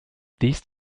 these